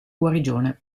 guarigione